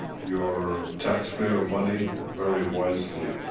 your taxpayer money very wisely.